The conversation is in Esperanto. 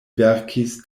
verkis